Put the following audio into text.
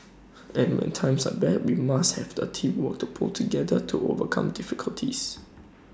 and when times are bad we must have the teamwork to pull together to overcome difficulties